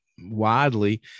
widely